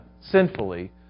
sinfully